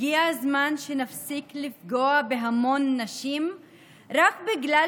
הגיע הזמן שנפסיק לפגוע בהמון נשים רק בגלל